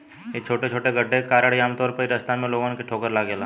इ छोटे छोटे गड्ढे के कारण ही आमतौर पर इ रास्ता में लोगन के ठोकर लागेला